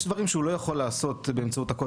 יש דברים שהוא לא יכול לעשות באמצעות הקוד